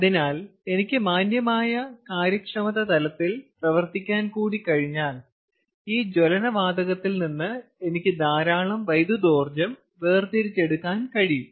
അതിനാൽ എനിക്ക് മാന്യമായ കാര്യക്ഷമത തലത്തിൽ പ്രവർത്തിക്കാൻ കഴിഞ്ഞാൽ കൂടി ഈ ജ്വലന വാതകത്തിൽ നിന്ന് എനിക്ക് ധാരാളം വൈദ്യുതോർജ്ജം വേർതിരിച്ചെടുക്കാൻ കഴിയും